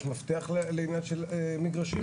יש מפתח לעניין של מגרשים.